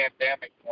pandemic